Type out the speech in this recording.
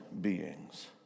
beings